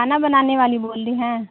کھانا بنانے والی بول رہی ہیں